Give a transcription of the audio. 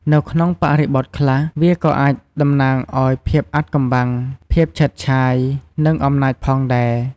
នៅក្នុងបរិបទខ្លះ វាក៏អាចតំណាងឱ្យភាពអាថ៌កំបាំង ភាពឆើតឆាយ និងអំណាចផងដែរ។